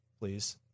please